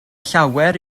llawer